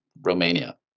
Romania